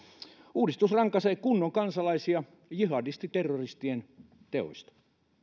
uudistus rankaisee kunnon kansalaisia jihadistiterroristien teoista